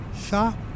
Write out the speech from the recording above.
shop